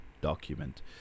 document